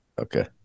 Okay